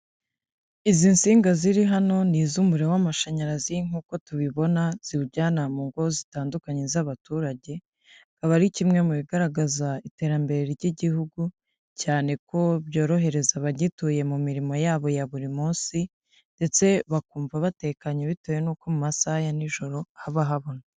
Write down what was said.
Izi nsinga ziri hano ni iz'umuriro w'amashanyarazi nk'uko tubibona ziwujyana mu ngo zitandukanye z'abaturage, akaba ari kimwe mu bigaragaza iterambere ry'igihugu, cyane ko byorohereza abagituye mu mirimo yabo ya buri munsi ndetse bakumva batekanye bitewe n'uko mu masaha ya nijoro haba habona.